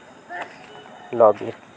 ᱞᱚᱼᱵᱤᱨ